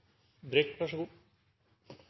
Tenden. Vær så god.